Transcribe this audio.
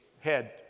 head